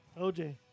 OJ